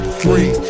free